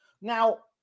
Now